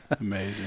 Amazing